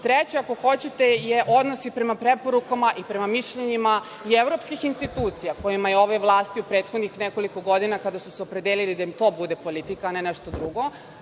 treće, ako hoćete, je odnos i prema preporukama i prema mišljenjima i evropskih institucija kojima je ovoj vlasti u prethodnih nekoliko godina, kada su se opredelili da im to bude politika a ne nešto drugo,